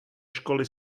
školy